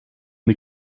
die